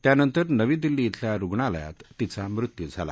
त्यानंतर नवी दिल्ली शिल्या रुग्णालयात तिचा मृत्यू झाला